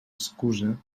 excusa